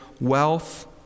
wealth